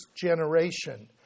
generation